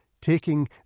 taking